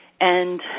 and,